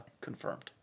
confirmed